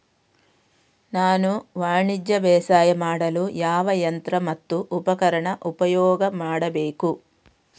ನಾನು ವಾಣಿಜ್ಯ ಬೇಸಾಯ ಮಾಡಲು ಯಾವ ಯಂತ್ರ ಮತ್ತು ಉಪಕರಣ ಉಪಯೋಗ ಮಾಡಬೇಕು?